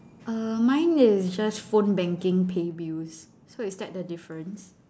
err mine is just phone banking pay bills so is that the difference